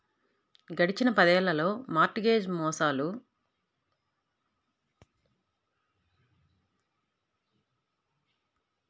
గడిచిన పదేళ్ళలో mortgage మోసాల కేసులు మన రాష్ట్రంలో కూడా రెట్టింపయ్యాయని లెక్కలు చెబుతున్నాయి